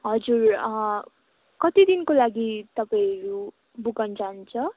हजुर कति दिनको लागि तपाईँ यो बुक गर्नु चाहनुहुन्छ